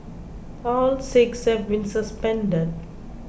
all six have been suspended